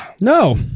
no